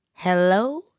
Hello